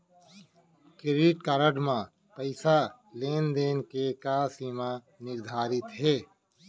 Credit card म पइसा लेन देन के का सीमा निर्धारित हे?